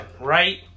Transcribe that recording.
Right